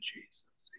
Jesus